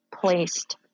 placed